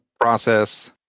process